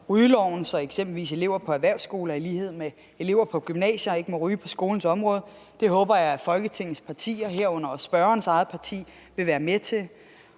rygeloven, så eksempelvis elever på erhvervsskoler i lighed med elever på gymnasier ikke må ryge på skolens område. Det håber jeg at Folketingets partier, herunder spørgerens eget parti, vil være med til.